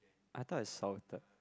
I thought is salted